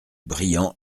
brillant